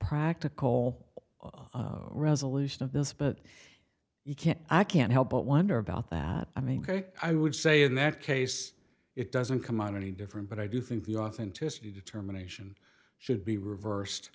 practical resolution of this but you can't i can't help but wonder about that i mean i would say in that case it doesn't come out any different but i do think the authenticity determination should be reversed